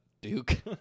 Duke